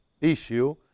issue